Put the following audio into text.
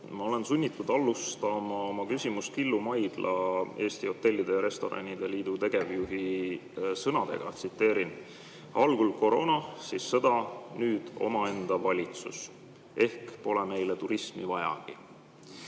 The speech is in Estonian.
Ma olen sunnitud alustama oma küsimust Killu Maidla, Eesti Hotellide ja Restoranide Liidu tegevjuhi sõnadega: "Algul koroona, siis sõda, nüüd omaenda valitsus. Ehk pole meile turismi vajagi?"